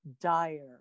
dire